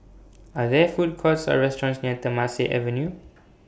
Are There Food Courts Or restaurants near Temasek Avenue